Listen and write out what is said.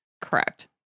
correct